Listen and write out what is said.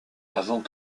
avant